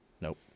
nope